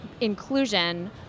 inclusion